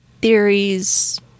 theories